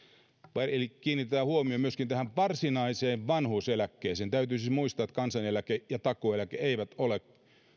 eli kiinnitetään huomio myöskin varsinaiseen vanhuuseläkkeeseen täytyy siis muistaa että kansaneläke ja takuueläke eivät ole